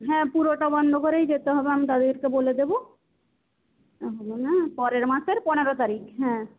হ্যাঁ পুরোটা বন্ধ করেই যেতে হবে আমি তাদেরকে বলে দেব পরের মাসের পনেরো তারিখ হ্যাঁ